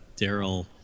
daryl